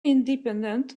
independent